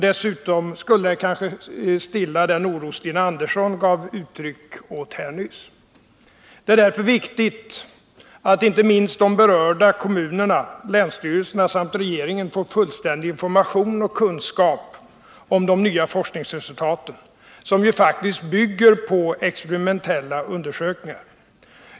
Dessutom skulle det kanske stilla den oro Stina Andersson gav | uttryck åt nyss. Det är därför viktigt att inte minst berörda kommuner och länsstyrelser samt regeringen får fullständig information och kunskap om de nya forskningsresultaten, som ju faktiskt bygger på experimentella undersökningar.